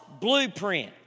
blueprint